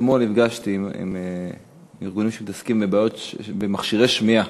אתמול נפגשתי עם ארגונים שמתעסקים במכשירי שמיעה.